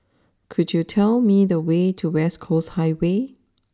could you tell me the way to West Coast Highway